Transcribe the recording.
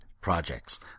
projects